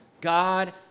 God